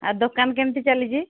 ଆଉ ଦୋକାନ କେମିତି ଚାଲିଛି